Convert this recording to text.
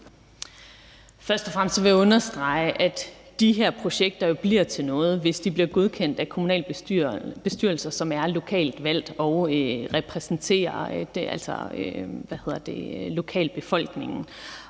Først og fremmest vil jeg understrege, at de her projekter jo bliver til noget, hvis de bliver godkendt af kommunalbestyrelsen, som er lokalt valgt og repræsenterer lokalbefolkningen.